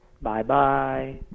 Bye-bye